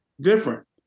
different